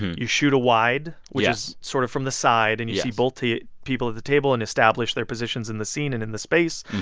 you shoot a wide, which is sort of from the side and you see both people at the table and establish their positions in the scene and in the space.